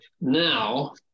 now